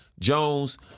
Jones